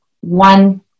one